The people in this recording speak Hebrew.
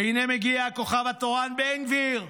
והינה מגיע הכוכב התורן בן גביר: